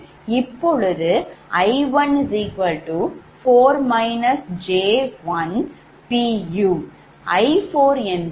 இப்பொழுது𝐼14−𝑗1𝑝